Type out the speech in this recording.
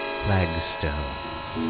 flagstones